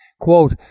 Quote